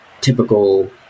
typical